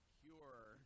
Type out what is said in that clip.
cure